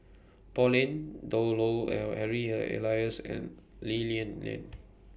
Pauline Dawn Loh L Harry Elias and Lee Lian Lian